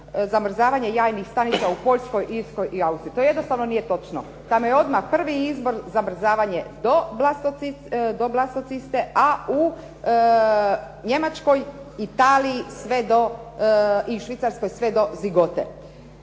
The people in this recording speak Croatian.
zamrzavanja jajnih stanica u Poljskoj, Irskoj i Austriji. To jednostavno nije točno. Tamo je odmah prvi izbor zamrzavanje do blastociste, a u Njemačkoj, Italiji i Švicarskoj sve do zigote.